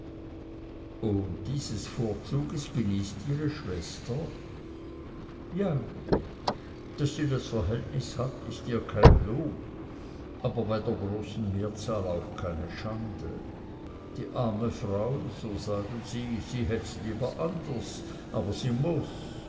und dieses vorzuges genießt ihre schwester ja daß sie das verhältnis hat ist ihr kein lob aber bei der großen mehrzahl auch keine schande die arme frau so sagen sie sie hätt's lieber anders aber sie muß